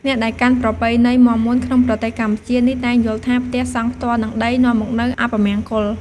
អ្នកដែលកាន់ប្រពៃណីមាំមួនក្នុងប្រទេសកម្ពុជានេះតែងយល់ថា ផ្ទះសង់ផ្ទាល់នឹងដីនាំមកនូវអពមង្គល។